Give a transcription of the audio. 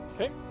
Okay